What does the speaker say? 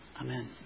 Amen